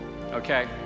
okay